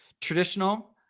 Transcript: traditional